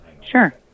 Sure